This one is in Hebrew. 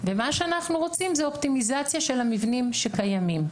ומה שאנחנו רוצים זה אופטימיזציה של המבנים שקיימים,